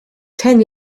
ten